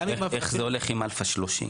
איך זה הולך עם אלפא 30?